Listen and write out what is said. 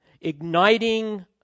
igniting